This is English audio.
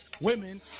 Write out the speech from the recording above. women